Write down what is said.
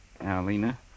Alina